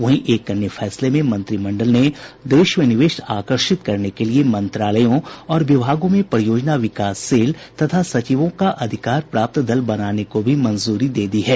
वहीं एक अन्य फैसले में मंत्रिमंडल ने देश में निवेश आकर्षित करने के लिए मंत्रालयों और विभागों में परियोजना विकास सेल तथा सचिवों का अधिकार प्राप्त दल बनाने को भी मंजूरी दे दी है